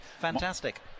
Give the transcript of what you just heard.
Fantastic